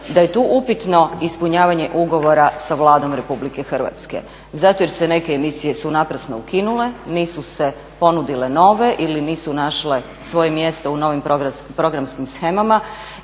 da je tu upitno ispunjavanje ugovora sa Vladom Republike Hrvatske zato jer su neke emisije su naprosto ukinule, nisu se ponudile nove ili nisu našle svoje mjesto u novim programskim shemama